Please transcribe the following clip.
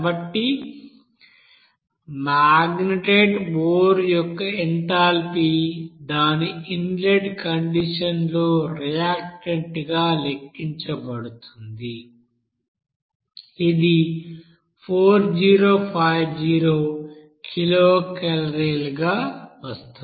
కాబట్టి magnetite ore యొక్క enthalpy దాని ఇన్లెట్ కండిషన్ లో రియాక్టెంట్గా లెక్కించబడుతుంది ఇది 4050 కిలోకలోరీగా వస్తుంది